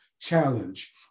challenge